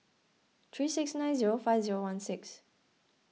three six nine zero five zero one six